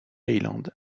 island